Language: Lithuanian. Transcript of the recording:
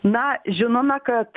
na žinome kad